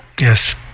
Yes